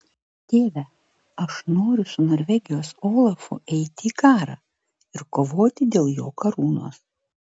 tėve aš noriu su norvegijos olafu eiti į karą ir kovoti dėl jo karūnos